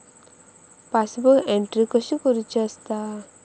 Passbook entry कशी करुची असता?